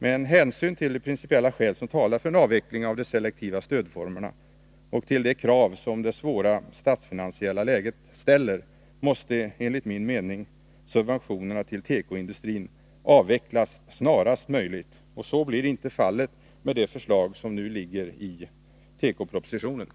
Med hänsyn till de principiella skäl som talar för en avveckling av de selektiva stödformerna och till de krav som det svåra statsfinansiella läget ställer, måste enligt min mening subventionerna till tekoindustrin avvecklas snarast möjligt. Så blir inte fallet, om de förslag förverkligas som finns i